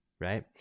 Right